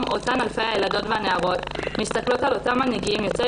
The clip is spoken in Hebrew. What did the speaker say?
אותן אלפי ילדות ונערות מסתכלות על אותם מנהיגים יוצאי